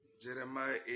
Jeremiah